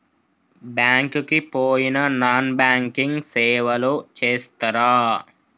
Bank కి పోయిన non banking సేవలు చేస్తరా?